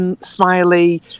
smiley